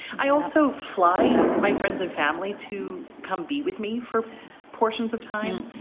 i also fly ah my friends and family to come be with me for portions of time.